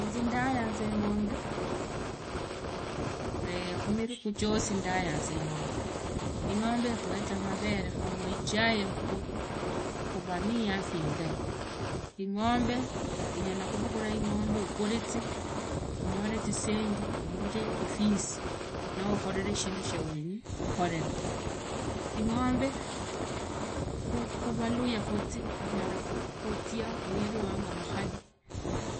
Inzi ndayanza ingombe, khumivugu ziosi ndayanza ingombe. Ingombe ikhueza mavere khungwa ichai, khuvaa niiafya indai, ingombe unyala khuvugula ingombe ugurize unyole zisendi, urunje ifisi noo ukhorere shindu shuwenyi khukhorere, ingombe khuvaluhya khaze inyala khuzia uhive wanga mukhali,